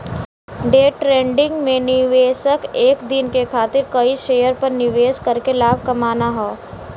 day trading में निवेशक एक दिन के खातिर कई शेयर पर निवेश करके लाभ कमाना हौ